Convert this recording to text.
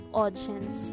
audience